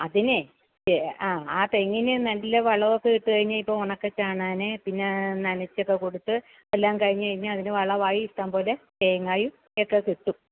അതിനെ ആ തെങ്ങിന് നല്ല വളമൊക്കെ ഇട്ട് കഴിഞ്ഞാൽ ഇപ്പം ഉണക്ക ചാണാൻ പിന്നെ നനച്ചൊക്കെ കൊടുത്ത് എല്ലാം കഴിഞ്ഞുകഴിഞ്ഞാൽ അതിന് വളമായി ഇഷ്ടംപോലെ തേങ്ങയും ഒക്കെ കിട്ടും